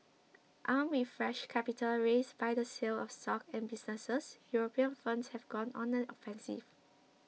armed with fresh capital raised by the sale of stock and businesses European firms have gone on the offensive